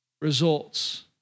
results